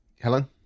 Helen